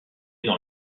dans